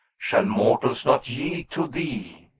shall mortals not yield to thee?